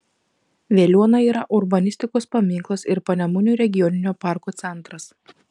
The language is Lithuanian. veliuona yra urbanistikos paminklas ir panemunių regioninio parko centras